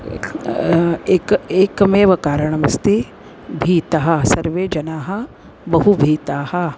एक एकम् एकमेव कारणमस्ति भीतः सर्वे जनाः बहु भीताः